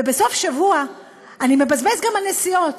ובסוף שבוע אני מבזבז גם על נסיעות,